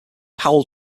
powell